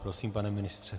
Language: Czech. Prosím, pane ministře.